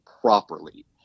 properly